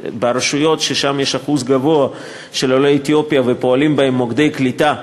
ברשויות שיש אצלן אחוז גבוה של עולי אתיופיה ופועלים בהן מוקדי קליטה,